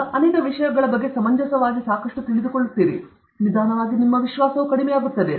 ನೀವು ಅನೇಕ ವಿಷಯಗಳ ಬಗ್ಗೆ ಸಮಂಜಸವಾಗಿ ಸಾಕಷ್ಟು ತಿಳಿದುಕೊಳ್ಳುತ್ತೀರಿ ಮತ್ತು ನಿಧಾನವಾಗಿ ನಿಮ್ಮ ವಿಶ್ವಾಸವು ಕಡಿಮೆಯಾಗುತ್ತದೆ